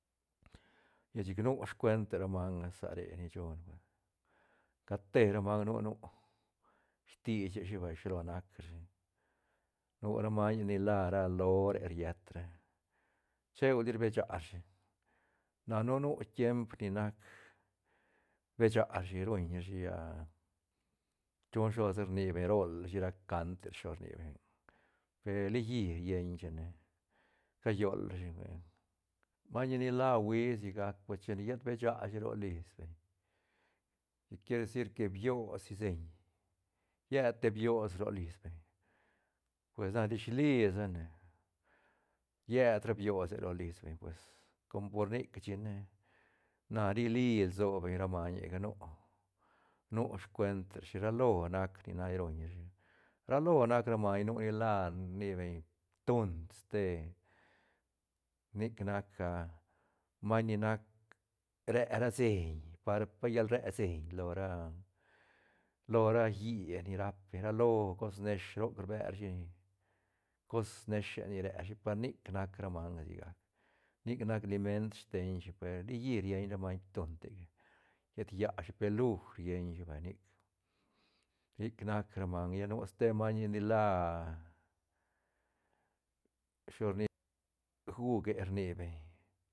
Lla chic nu scuente ra manga sa re ni shune cat te ra manga nu- nu sti sheshi vay shilo nac rashi nura meñe ni la ra lore riet ra cheuli rbe sha rashi na nu- nu tiemp ni nac rbe sha rashi ruñ rashi chu shilosa rni beñ rol shi ra cante shilo rni beñ pe liyi rieñ chine cayol rashi ruia mañe ni la uí sigac pues chine llet besha shi ro lis beñ chic quiere decir que bios sien llet te bios ro lis beñ pues na disli sa ne roet ra biose ro lis beñ pues com por nic chic ne na rili lso beñ ra mañega nu- nu scuen rashi ralo nac ni ruñ rashi ra lo nac ra maiñ nu ni la rni beñ ptunt ste nic nac maiñ ni nac re ra sein par pa llal re sein lo ra- lo ra híe ni rap beñ ra lo cos nesh roc rbe ra shi pa nic nac ra manga sigac nic nac liment steiñ shi per liyi rien ra manga ptut tega riet llashi deluj pe luj rien shi vay nic nic nac ra manga lla nu ste mañe ni la shi lo rni beñ guge rni beñ.